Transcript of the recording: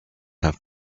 have